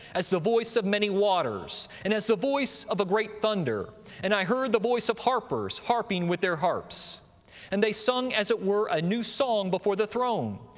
as the voice of many waters, and as the voice of a great thunder and i heard the voice of harpers harping with their harps and they sung as it were a new song before the throne,